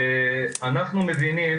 אנחנו מבינים